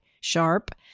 sharp